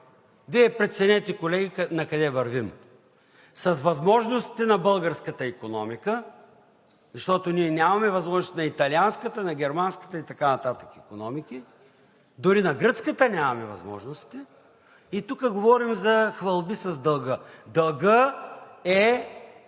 Вие преценете, колеги, накъде вървим. С възможностите на българската икономика, защото ние нямаме възможностите на италианската, на германската и така нататък икономики, дори на гръцката нямаме възможностите, и тук говорим за хвалби с дълга. Дългът е